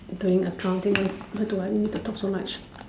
doing accounting why do I need to talk so much